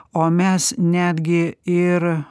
o mes netgi ir